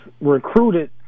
recruited